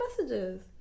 messages